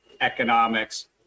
economics